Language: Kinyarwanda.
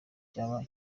cyaba